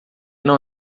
não